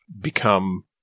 become